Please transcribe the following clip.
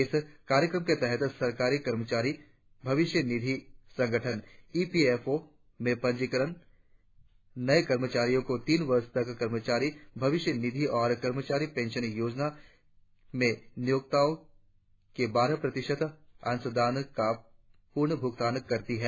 इस कार्यक्रम के तहत सरकार कर्मचारी भविष्य निधि संगठन ईपीएफओ में पंजीकृत नए कर्मचारियों को तीन वर्ष तक कर्मचारी भविष्य निधि और कर्मचारी पेंशन योजना में नियोक्ताओं के बारह प्रतिशत अंशदान का पूर्ण भुगतान करती है